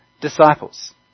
disciples